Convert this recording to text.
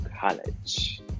college